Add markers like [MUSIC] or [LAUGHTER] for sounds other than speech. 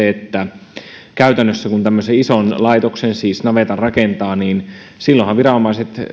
[UNINTELLIGIBLE] että käytännössähän kun tämmöisen ison laitoksen siis navetan rakentaa viranomaiset